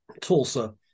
Tulsa